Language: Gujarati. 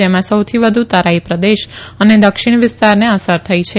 જેમાં સૌથી વધુ તરાઇ પ્રદેશ અને દક્ષિણ વિસ્તારને અસર થઇ છે